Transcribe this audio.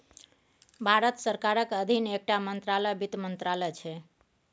भारत सरकारक अधीन एकटा मंत्रालय बित्त मंत्रालय छै